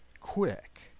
quick